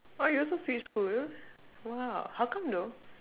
oh you also switch school !wow! how come though